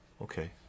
Okay